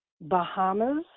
Bahamas